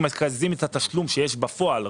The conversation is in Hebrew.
מקזזים את התשלום שיש בפועל.